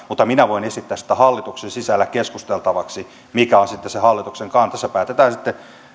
mutta minä voin esittää sitä hallituksen sisällä keskusteltavaksi että mikä on sitten se hallituksen kanta se päätetään sitten